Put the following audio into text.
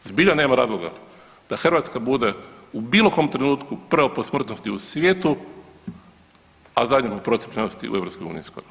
Zbilja nema razloga da Hrvatska bude u bilo kom trenutku prva po smrtnosti u svijetu, a zadnja po procijepljenosti u EU.